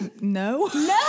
No